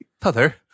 Father